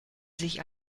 sich